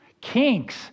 Kinks